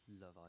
Love